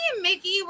Mickey